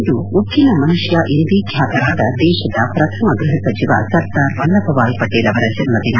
ಇಂದು ಉಕ್ಕಿನ ಮನುಷ್ನ ಎಂದೇ ಖ್ಯಾತರಾದ ದೇಶದ ಪ್ರಥಮ ಗ್ಲಹ ಸಚಿವ ಸರ್ದಾರ್ ವಲ್ಲಭಭಾಯ್ ಪಟೇಲ್ ಅವರ ಜನ್ನದಿನ